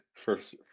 First